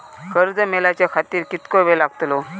कर्ज मेलाच्या खातिर कीतको वेळ लागतलो?